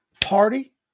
Party